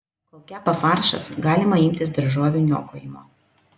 kol kepa faršas galima imtis daržovių niokojimo